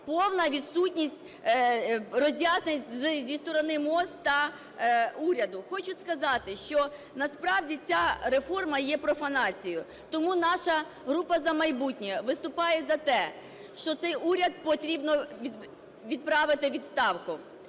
Повна відсутність роз'яснень зі сторони МОЗ та уряду. Хочу сказати, що насправді ця реформа є профанацією. Тому наша група "За майбутнє" виступає за те, що цей уряд потрібно відправити у відставку